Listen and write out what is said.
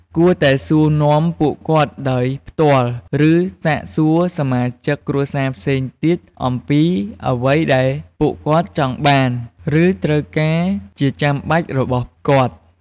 គួរតែសួរនាំពួកគាត់ដោយផ្ទាល់ ឬសាកសួរសមាជិកគ្រួសារផ្សេងទៀតអំពីអ្វីដែលពួកគាត់ចង់បាន ឬត្រូវការជាចាំបាច់របស់គាត់។